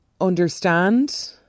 understand